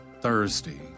Thursday